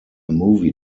movie